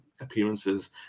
appearances